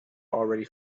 already